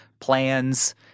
plans